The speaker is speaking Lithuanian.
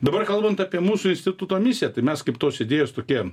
dabar kalbant apie mūsų instituto misiją tai mes kaip tos idėjos tokie